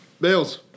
Bales